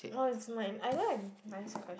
oh is soon right I don't have nice question